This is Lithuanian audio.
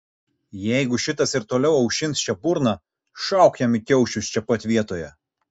jeigu šitas ir toliau aušins čia burną šauk jam į kiaušius čia pat vietoje